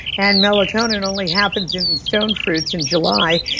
and melatonin only happens in stone fruits in july,